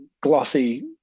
glossy